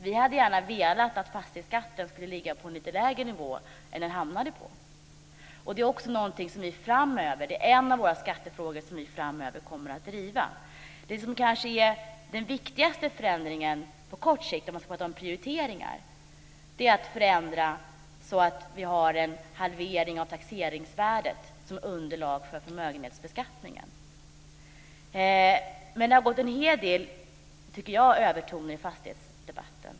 Vi hade gärna velat att den skulle ligga på en lite lägre nivå än den som den hamnade på. Det är också en av de skattefrågor som vi framöver kommer att driva. Den kanske viktigaste förändringen på kort sikt - om man ska prata om prioriteringar - är att förändra så att vi har en halvering av taxeringsvärdet som underlag för förmögenhetsbeskattningen. Jag tycker alltså att det har gått en hel del övertoner i fastighetsskattedebatten.